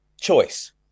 choice